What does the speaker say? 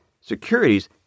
securities